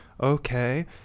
okay